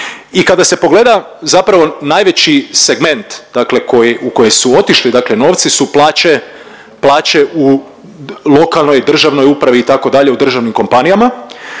I kada se pogleda zapravo najveći segment dakle koji, u koji su otišli dakle novci su plaće, plaće u lokalnoj i državnoj upravi itd., u državnim kompanijama